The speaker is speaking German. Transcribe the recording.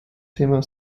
thema